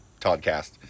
ToddCast